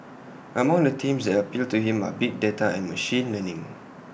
among the teams that appeal to him are big data and machine learning